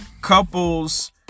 couples